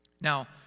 Now